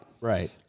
Right